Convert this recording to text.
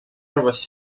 arvas